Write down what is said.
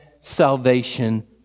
salvation